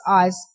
eyes